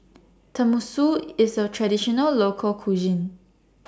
Tenmusu IS A Traditional Local Cuisine